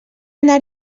anar